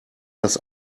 das